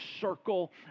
circle